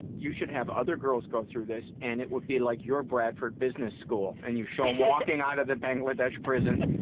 you should have other girls go through this and it would be like your bradford business school. and you show them walking out of the bangladesh prison